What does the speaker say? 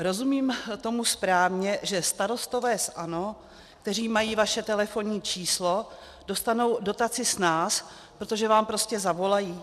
Rozumím tomu správně, že starostové z ANO, kteří mají vaše telefonní číslo, dostanou dotaci snáz, protože vám prostě zavolají?